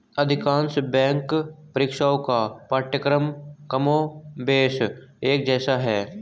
अधिकांश बैंक परीक्षाओं का पाठ्यक्रम कमोबेश एक जैसा है